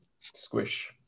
squish